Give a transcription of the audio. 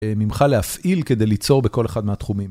ממך להפעיל כדי ליצור בכל אחד מהתחומים.